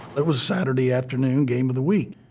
it was saturday afternoon, game of the week.